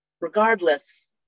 Regardless